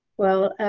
well,